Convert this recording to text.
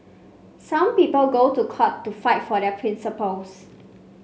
some people go to court to fight for their principles